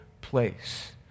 place